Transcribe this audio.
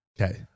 Okay